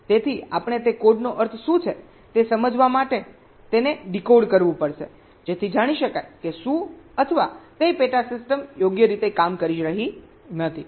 તેથી આપણે તે કોડનો અર્થ શું છે તે સમજવા માટે તેને ડીકોડ કરવું પડશે જેથી જાણી શકાય કે શું અથવા કઈ પેટા સિસ્ટમ યોગ્ય રીતે કામ કરી રહી નથી